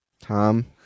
Tom